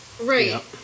Right